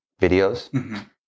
videos